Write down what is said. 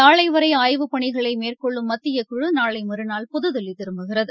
நாளைவரைஆய்வுப் பணிகளைமேற்கொள்ளும் மத்தியக்குழுநாளைமறுநாள் புத்தில்லிதிரும்புகிறது